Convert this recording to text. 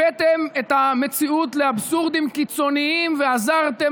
הבאתם את המציאות לאבסורדים קיצוניים ועזרתם